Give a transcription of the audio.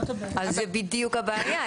אז זאת בדיוק הבעיה.